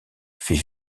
fait